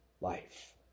life